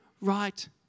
right